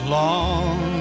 long